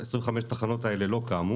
25 התחנות האלה לא קמו